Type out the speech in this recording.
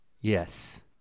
Yes